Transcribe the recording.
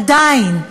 עדיין,